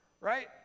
right